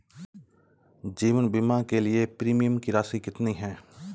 जीवन बीमा के लिए प्रीमियम की राशि कितनी है?